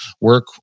work